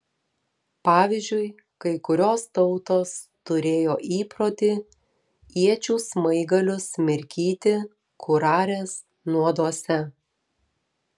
pavyzdžiui kai kurios tautos turėjo įprotį iečių smaigalius mirkyti kurarės nuoduose